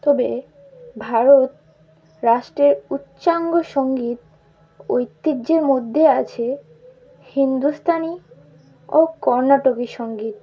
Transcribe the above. তবে ভারত রাষ্ট্রের উচ্চাঙ্গ সংগীত ঐতিহ্যের মধ্যে আছে হিন্দুস্তানি ও কর্ণাটকী সংগীত